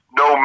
no